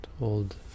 old